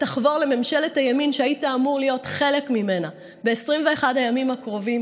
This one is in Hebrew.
ותחבור לממשלת הימין שהיית אמור להיות חלק ממנה ב-21 הימים הקרובים,